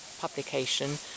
publication